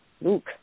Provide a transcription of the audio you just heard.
luke